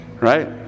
right